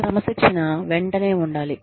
క్రమశిక్షణ వెంటనే ఉండాలి